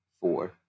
four